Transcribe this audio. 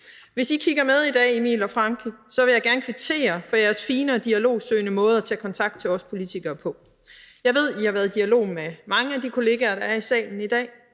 Hvis I kigger med i dag, Emil og Frankie, så vil jeg gerne kvittere for jeres fine og dialogsøgende måde at tage kontakt til os politikere på. Jeg ved, at I har været i dialog med mange af de kollegaer, der er i salen i dag.